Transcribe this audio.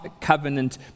covenant